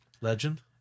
legend